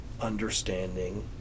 understanding